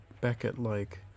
Beckett-like